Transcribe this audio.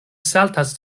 saltas